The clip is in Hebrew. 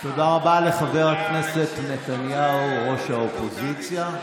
תודה רבה לחבר הכנסת נתניהו, ראש האופוזיציה.